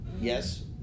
Yes